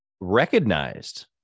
recognized